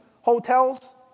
hotels